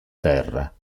terra